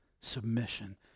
submission